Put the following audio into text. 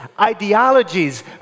ideologies